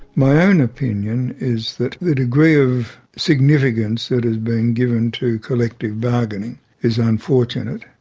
my own opinion is that the degree of significance that has been given to collective bargaining is unfortunate.